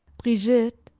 brigitte,